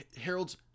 Harold's